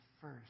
first